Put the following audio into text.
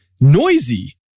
noisy